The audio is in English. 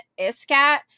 Iscat